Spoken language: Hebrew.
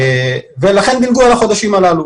לכן דילגו על החודשים האלו.